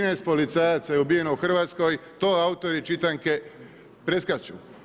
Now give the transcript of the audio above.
13 policajaca je ubijeno u Hrvatskoj, to autori čitanke preskaču.